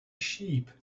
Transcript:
sheep